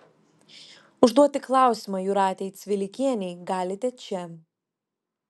užduoti klausimą jūratei cvilikienei galite čia